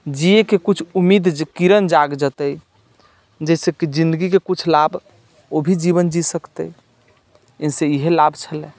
जियैके किछु उम्मीद किरण जागि जेतै जाहिसँ कि जिन्दगीके किछु लाभ ओ भी जीवन जी सकतै इनसे यही लाभ छलै